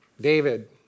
David